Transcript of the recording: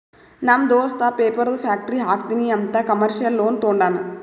ನಮ್ ದೋಸ್ತ ಪೇಪರ್ದು ಫ್ಯಾಕ್ಟರಿ ಹಾಕ್ತೀನಿ ಅಂತ್ ಕಮರ್ಶಿಯಲ್ ಲೋನ್ ತೊಂಡಾನ